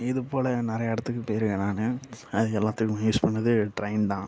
இது போல் நிறைய இடத்துக்கு போயிருக்கேன் நானு அது எல்லாத்துக்கும் யூஸ் பண்ணது ட்ரெயின் தான்